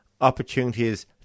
opportunities